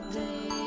day